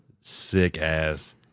sick-ass